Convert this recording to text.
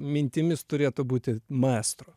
mintimis turėtų būti maestro